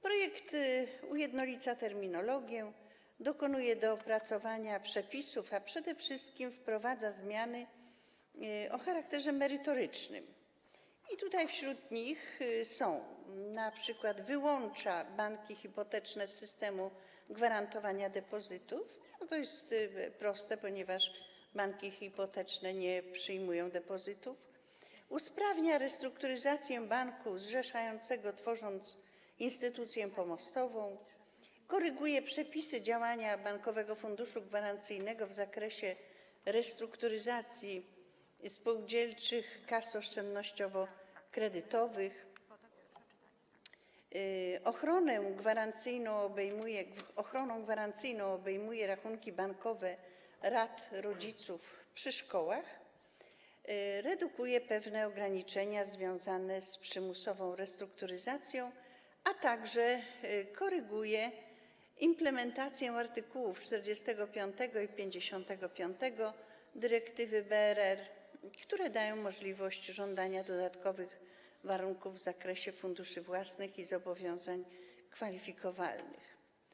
Projekt ujednolica terminologię, dokonuje dopracowania przepisów, a przede wszystkim wprowadza zmiany o charakterze merytorycznym, np. wyłącza banki hipoteczne z systemu gwarantowania depozytów - to jest proste, ponieważ banki hipoteczne nie przyjmują depozytów - usprawnia restrukturyzację banku zrzeszającego, tworząc instytucję pomostową, koryguje przepisy działania Bankowego Funduszu Gwarancyjnego w zakresie restrukturyzacji spółdzielczych kas oszczędnościowo-kredytowych, ochroną gwarancyjną obejmuje rachunki bankowe rad rodziców przy szkołach, redukuje pewne ograniczenia związane z przymusową restrukturyzacją, a także koryguje implementację art. 45 i art. 55 dyrektywy BRR, które dają możliwość żądania dodatkowych warunków w zakresie funduszy własnych i zobowiązań kwalifikowalnych.